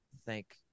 Thank